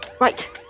Right